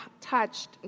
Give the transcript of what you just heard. touched